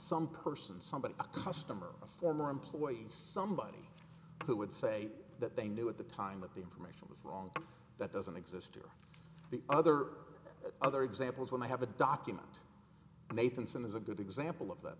some person somebody a customer a former employees somebody who would say that they knew at the time that the information was wrong that doesn't exist or the other other examples when they have a document nathans and is a good example of that